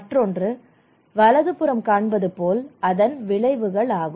மற்றொன்று வலதுபுறம் காண்பதுபோல் அதன் விளைவுகள் ஆகும்